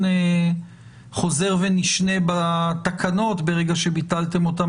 חוזר ונשנה בתקנות ברגע שביטלתם אותן.